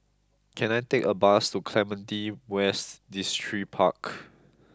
can I take a bus to Clementi West Distripark